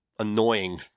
annoying